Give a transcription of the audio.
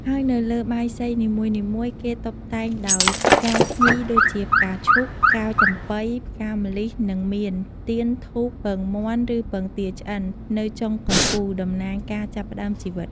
ហើយនៅលើបាយសីនីមួយៗ គេតុបតែងដោយ ផ្កាភ្ញីដូចជា ផ្កាឈូក ផ្កាចំប៉ី ផ្កាម្លិះ និងមាន ទៀន ធូប ពងមាន់ ឬពងទាឆ្អិន នៅចុងកំពូល តំណាងការចាប់ផ្តើមជីវិត។